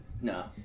no